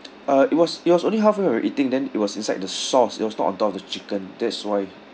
uh it was it was only halfway when we're eating then it was inside the sauce it was not on top of the chicken that is why